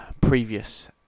previous